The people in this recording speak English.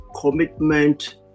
commitment